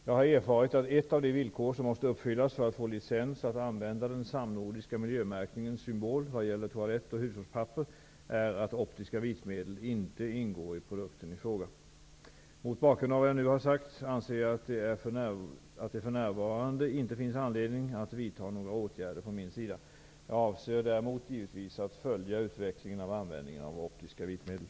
Jag har erfarit att ett av de villkor som måste uppfyllas för att få licens att använda den samnordiska miljömärkningens symbol vad gäller toalett och hushållspapper är att optiska vitmedel inte ingår i produkten i fråga. Mot bakgrund av vad jag nu har sagt anser jag att det för närvarande inte finns anledning att vidta några åtgärder från min sida. Jag avser däremot givetvis att följa utvecklingen av användningen av optiska vitmedel.